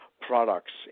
products